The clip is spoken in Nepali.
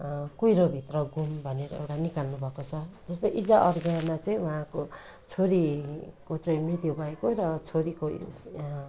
कुहिरोभित्र घुम भनेर एउटा निकाल्नुभएको छ जस्तै इजा अर्घमा चाहिँ उहाँको छोरीको चाहिँ मृत्यु भएको र छोरीको उयस